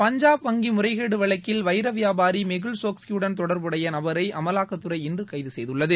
பஞ்சாப் வங்கி முறைகேடு வழக்கில் வைர வியாபாரி மெகுல் சோக்ஷியுடன் தொடர்புடைய நபரை அமலாக்கத்துறை இன்று கைது செய்துள்ளது